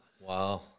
Wow